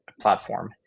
platform